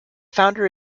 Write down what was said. founder